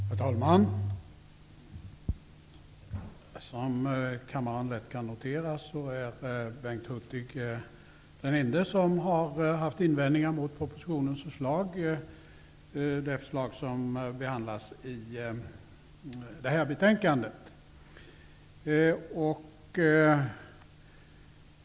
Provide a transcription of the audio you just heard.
Herr talman! Som kammaren lätt kan notera är Bengt Hurtig den ende som har haft invändningar mot propositionens förslag, som behandlas i det här betänkandet.